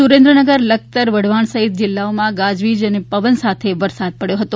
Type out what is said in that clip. સુરેન્દ્રનગર લખતર વઢવાણ સહિત જિલ્લામાં ગાજવીજ પવન સાથે વરસાદ પડયો હતો